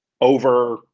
over